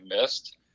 missed